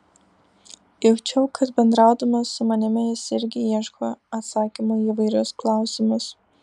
jaučiau kad bendraudamas su manimi jis irgi ieško atsakymo į įvairius klausimus